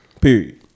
Period